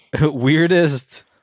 weirdest